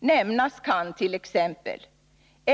Nämnas kant.ex.